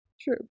True